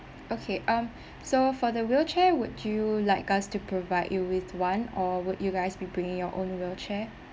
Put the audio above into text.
okay um so for the wheelchair would you like us to provide you with one or would you guys be bringing your own wheelchair